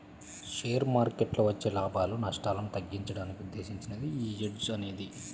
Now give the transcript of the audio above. share మార్కెట్టులో వచ్చే లాభాలు, నష్టాలను తగ్గించడానికి ఉద్దేశించినదే యీ హెడ్జ్ అనేది